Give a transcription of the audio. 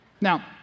Now